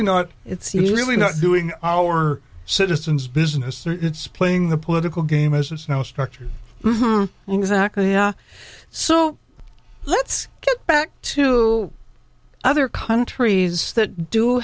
really not it's really not doing our citizens business it's playing the political game as it's now structured in exactly yeah so let's get back to other countries that do